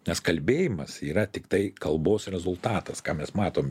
nes kalbėjimas yra tiktai kalbos rezultatas ką mes matom